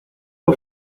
por